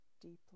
deeply